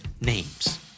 names